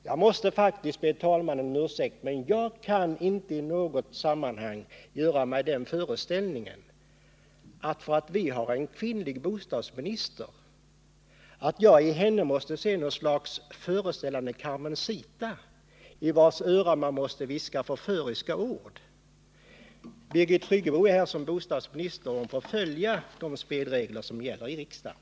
Jag måste faktiskt be talmannen om ursäkt, men jag kan inte i något sammanhang göra mig den föreställningen att jag, därför att landet har en kvinnlig bostadsminister, i henne måste se en Carmencita, i vars öra man måste viska förföriska ord. Birgit Friggebo är här såsom bostadsminister och får följa de spelregler som gäller i riksdagen.